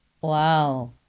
Wow